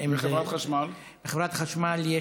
ובחברת חשמל?